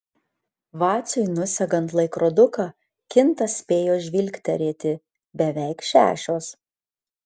vaciui nusegant laikroduką kintas spėjo žvilgterėti beveik šešios